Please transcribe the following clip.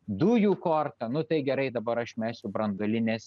dujų korta nu tai gerai dabar aš mesiu branduolinės